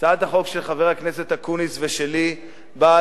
הצעת החוק של חבר הכנסת אקוניס ושלי באה